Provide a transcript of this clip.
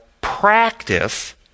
practice